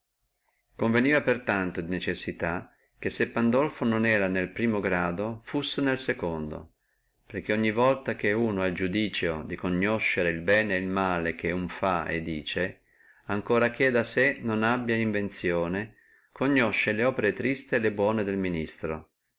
conveniva per tanto di necessità che se pandolfo non era nel primo grado che fussi nel secondo perché ogni volta che uno ha iudicio di conoscere el bene o il male che uno fa e dice ancora che da sé non abbia invenzione conosce lopere triste e le buone del ministro